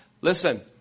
Listen